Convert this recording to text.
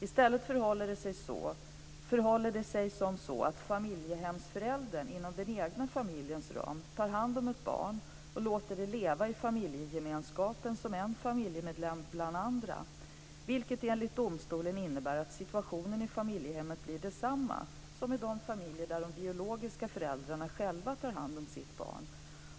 I stället förhåller sig det som så att familjehemsföräldern inom den egna familjens ram tar hand om ett barn och låter det leva i familjegemenskapen som en familjemedlem bland andra, vilket enligt domstolen innebär att situationen i familjehemmet blir densamma som i de familjer där de biologiska föräldrarna själva tar hand om sitt barn.